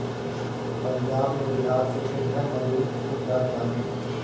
पंजाब में बिहार से खेतिहर मजूर खूब जात बाने